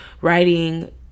writing